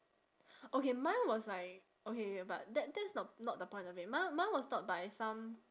okay mine was like okay K but that that's the not the point of it mine mine was taught by some